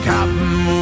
Captain